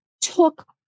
took